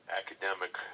academic